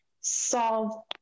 solve